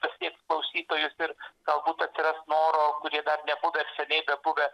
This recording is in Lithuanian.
pasieks klausytojus ir galbūt atsiras noro kurie dar nebuvę ar seniai bebuvę